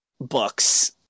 books